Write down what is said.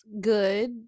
good